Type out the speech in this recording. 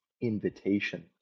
invitation